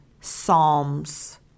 psalms